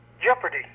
Jeopardy